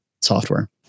software